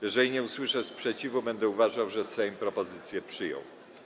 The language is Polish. Jeżeli nie usłyszę sprzeciwu, będę uważał, że Sejm propozycje przyjął.